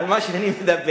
אפשר לקבל את המתכונים?